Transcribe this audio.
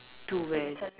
to where